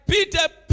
Peter